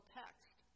text